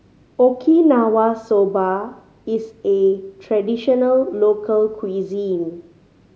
Okinawa Soba is a traditional local cuisine